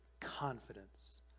confidence